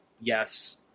yes